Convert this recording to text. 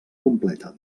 completa